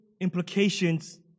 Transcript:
implications